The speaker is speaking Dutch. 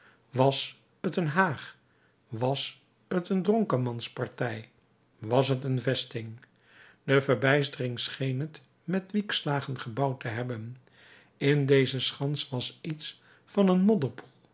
was t een haag was t een dronkenmanspartij was t een vesting de verbijstering scheen het met wiekslagen gebouwd te hebben in deze schans was iets van een